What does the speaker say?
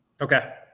okay